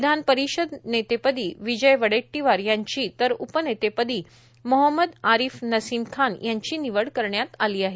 विधानपरिषद नेतेपदी विजय वडेट्टीवार याची तर उपनेतेपदी मोहम्मद आरीफ नसीम खान यांची निवड करण्यात आली आहे